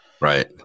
Right